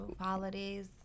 Holidays